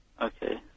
Okay